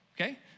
okay